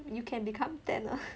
you can become tanner